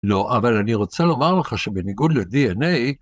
לא, אבל אני רוצה לומר לך שבניגוד ל-די.אין.איי...